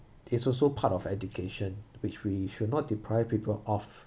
it's also part of education which we should not deprive people of